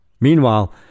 Meanwhile